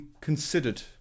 considered